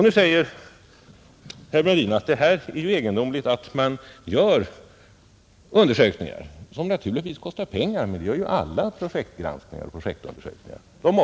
Nu säger herr Brundin att det är egendomligt att man gör sådana här undersökningar — som naturligtvis kostar pengar. Men, herr Brundin, det gör ju alla projektgranskningar och projektundersökningar.